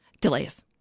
Delays